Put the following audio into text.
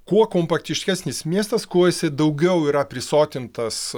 kuo kompaktiškesnis miestas kuo esi daugiau yra prisotintas